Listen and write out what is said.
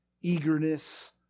eagerness